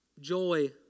joy